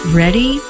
ready